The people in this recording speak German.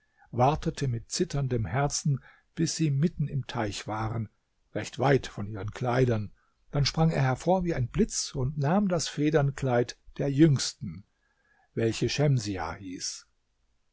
wartete mit zitterndem herzen bis sie mitten im teich waren recht weit von ihren kleidern dann sprang er hervor wie ein blitz und nahm das federnkleid der jüngsten welche schemsiah hieß